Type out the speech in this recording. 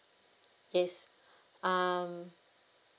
yes um